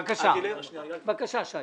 בבקשה, שי.